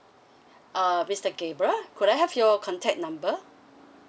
uh mister gabriel could I have your contact number